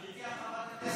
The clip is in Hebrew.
גברתי חברת הכנסת,